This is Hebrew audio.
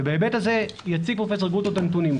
ובהיבט הזה יציג פרופ' גרוטו את הנתונים.